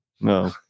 No